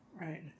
right